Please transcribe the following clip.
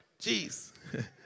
Jeez